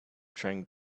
trying